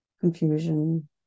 confusion